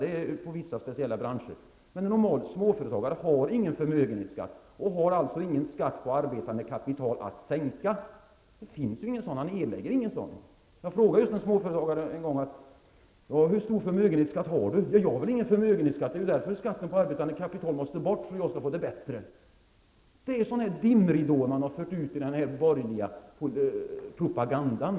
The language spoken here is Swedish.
Det är i vissa speciella branscher, men en normal småföretagare har ingen förmögenhetsskatt och har alltså ingen skatt på arbetande kapital att sänka -- han erlägger ingen sådan. Jag frågade just en småföretagare hur stor förmögenhetsskatt han har. Jag har ingen förmögenhetsskatt, svarade han, och det är därför skatten på arbetande kapital måste bort, för att jag skall få det bättre! Det är sådana dimridåer man har lagt ut i den borgerliga propagandan.